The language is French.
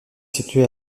situé